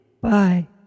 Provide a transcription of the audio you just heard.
Bye